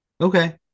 Okay